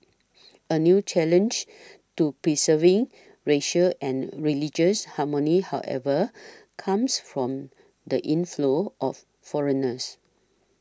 a new challenge to preserving racial and religious harmony however comes from the inflow of foreigners